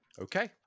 Okay